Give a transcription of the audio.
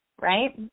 Right